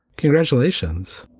congratulations.